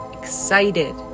excited